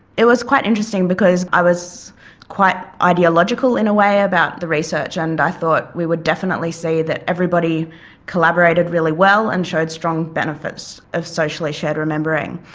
it was quite interesting because i was quite ideological in a way about the research and i thought we would definitely see that everybody collaborated really well and showed strong benefits of socially shared remembering.